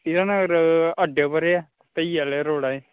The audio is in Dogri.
हीरानगर अड्डे पर गै ऐ रोड़